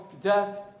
death